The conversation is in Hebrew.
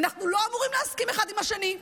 אנחנו לא אמורים להסכים אחד עם השני.